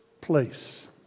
place